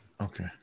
Okay